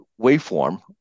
waveform